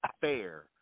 fair